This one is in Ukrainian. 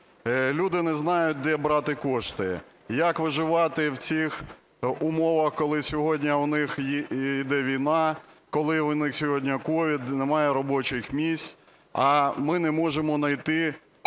Люди не знають, де брати кошти і як виживати в цих умовах, коли сьогодні в них йде війна, коли в них сьогодні COVID і немає робочих місць, а ми не можемо найти кошти